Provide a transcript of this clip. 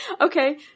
Okay